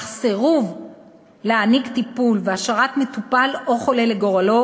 אך סירוב להעניק טיפול והשארת מטופל או חולה לגורלו